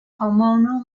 hormonal